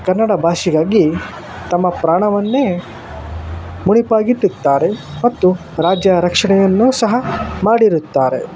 ಕನ್ನಡ ಭಾಷೆಗಾಗಿ ತಮ್ಮ ಪ್ರಾಣವನ್ನೇ ಮುಡಿಪಾಗಿ ಇಟ್ಟಿದ್ದಾರೆ ಮತ್ತು ರಾಜ್ಯ ರಕ್ಷಣೆಯನ್ನು ಸಹ ಮಾಡಿರುತ್ತಾರೆ